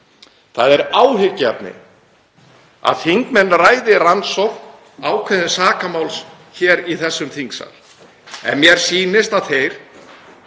Það er áhyggjuefni að þingmenn ræði rannsókn ákveðins sakamáls hér í þessum þingsal. Mér sýnist að þeir